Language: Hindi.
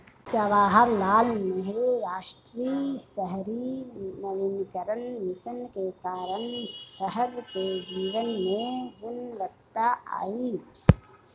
जवाहरलाल नेहरू राष्ट्रीय शहरी नवीकरण मिशन के कारण शहर के जीवन में गुणवत्ता आई